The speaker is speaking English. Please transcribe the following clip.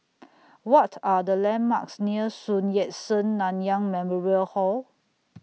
What Are The landmarks near Sun Yat Sen Nanyang Memorial Hall